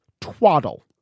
twaddle